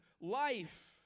life